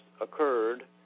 occurred